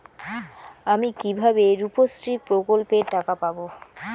আমি কিভাবে রুপশ্রী প্রকল্পের টাকা পাবো?